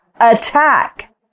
attack